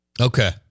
Okay